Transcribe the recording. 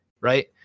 right